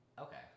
Okay